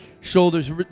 shoulders